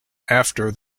after